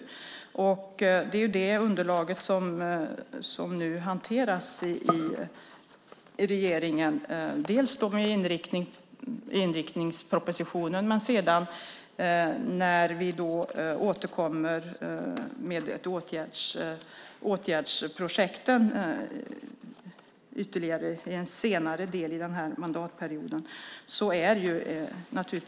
Det är det underlaget som nu hanteras i regeringen, dels med inriktningspropositionen, dels med åtgärdsprojekten i en senare del under mandatperioden.